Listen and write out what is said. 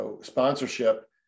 sponsorship